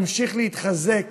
תמשיך להתחזק,